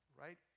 right